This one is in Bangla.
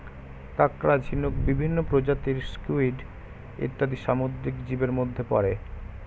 কাঁকড়া, ঝিনুক, বিভিন্ন প্রজাতির স্কুইড ইত্যাদি সামুদ্রিক জীবের মধ্যে পড়ে